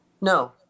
no